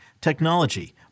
technology